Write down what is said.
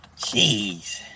Jeez